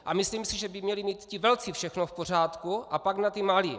A myslím si, že by měli mít ti velcí všechno v pořádku, a pak na ty malé.